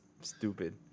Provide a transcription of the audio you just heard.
stupid